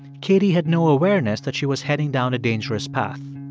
katie had no awareness that she was heading down a dangerous path.